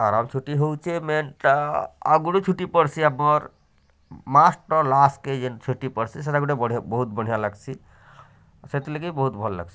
ଆରାମ୍ ଛୁଟି ହେଉଛି ମେନ୍ଟା ଆଗରୁ ଛୁଟି ପଡ଼ଶି ଆମର ମାସ୍ର ଲାଷ୍ଟକେ ଯେନ୍ ଛୁଟି ପଡ଼ଶି ସେଟା ଗୋଟେ ବଢ଼ିଆ ବହୁତ୍ ବଢ଼ିଆ ଲାଗସି ସେଥିଲାଗି ବହୁତ୍ ଭଲ୍ ଲାଗସି